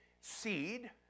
seed